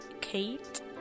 Kate